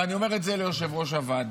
ואני אומר את זה ליושב-ראש הוועדה.